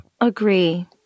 Agree